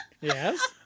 Yes